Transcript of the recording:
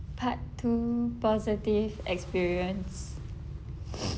part two positive experience